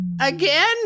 Again